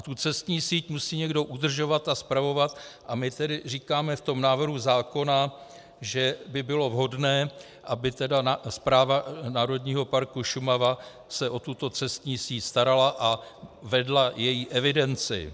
Tu cestní síť musí někdo udržovat a spravovat, a my tedy říkáme v návrhu zákona, že by bylo vhodné, aby správa Národního parku Šumava se o tuto cestní síť starala a vedla její evidenci.